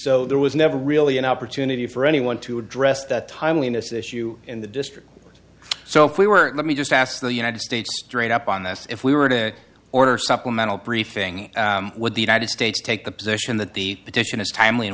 so there was never really an opportunity for anyone to address that timeliness issue in the district so if we were let me just ask the united states straight up on this if we were to order supplemental briefing would the united states take the position that the petition is timely and